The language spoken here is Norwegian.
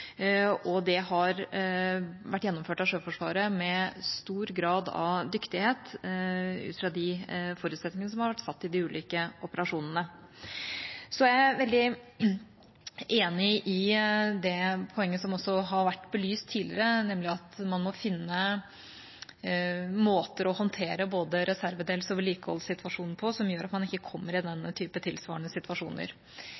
og det har vært gjennomført av Sjøforsvaret med stor grad av dyktighet ut fra de forutsetningene som har vært satt i de ulike operasjonene. Jeg er veldig enig i det poenget som har vært belyst tidligere, nemlig at man må finne måter å håndtere både reservedels- og vedlikeholdssituasjonen på som gjør at man ikke kommer i